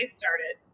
started